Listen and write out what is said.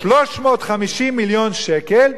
350 מיליון שקל,